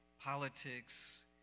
politics